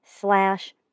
slash